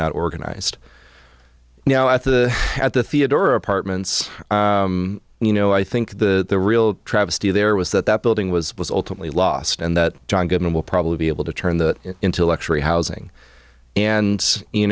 not organized now at the at the theodore apartments you know i think the real travesty there was that that building was was ultimately lost and that john goodman will probably be able to turn that intellectually housing and you